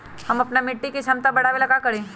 हम अपना मिट्टी के झमता बढ़ाबे ला का करी?